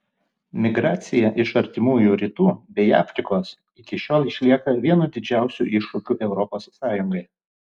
migracija iš artimųjų rytų bei afrikos iki šiol išlieka vienu didžiausių iššūkių europos sąjungai